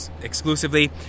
exclusively